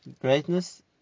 greatness